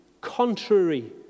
contrary